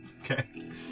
Okay